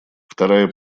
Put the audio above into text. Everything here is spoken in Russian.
вторая